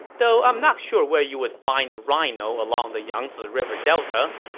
though i'm not sure where you would find a rhino along the yangzi river delta.